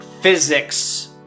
physics